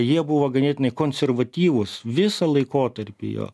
jie buvo ganėtinai konservatyvūs visą laikotarpį jo